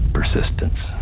Persistence